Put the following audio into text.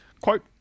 quote